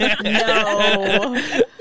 No